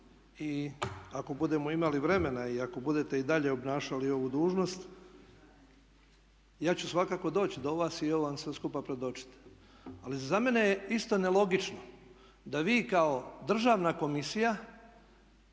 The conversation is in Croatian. i ako budemo imali vremena i ako budete i dalje obnašali ovu dužnost ja ću svakako doći do vas i ovo vam sve skupa predočiti. Ali za mene je isto nelogično da vi kao državna komisija